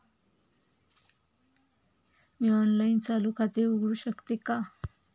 मी online चालू खाते उघडू शकते का?